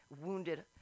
wounded